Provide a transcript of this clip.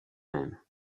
même